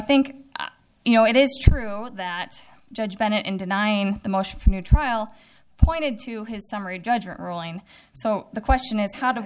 think you know it is true that judge bennett in denying the motion for new trial pointed to his summary judgment ruling so the question is how to